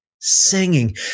singing